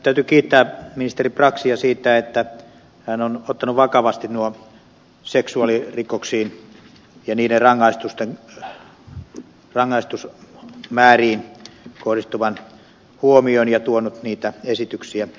täytyy kiittää ministeri braxia siitä että hän on ottanut vakavasti seksuaalirikoksiin ja niiden rangaistusmääriin kohdistuvan huomion ja tuonut niitä esityksiä